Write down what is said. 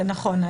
זה נכון.